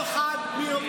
שוחד, מרמה והפרת אמונים.